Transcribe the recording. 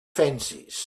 fences